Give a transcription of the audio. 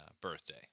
birthday